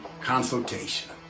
consultation